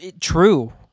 true